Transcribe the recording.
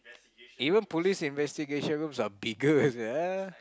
even police investigation rooms are bigger sia